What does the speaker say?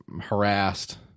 harassed